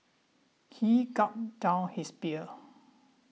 he gulped down his beer